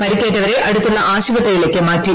പരിക്കേറ്റവരെ അടുത്തുള്ള ആശുപത്രിയിലേക്ക് മാറ്റി